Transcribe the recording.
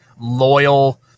loyal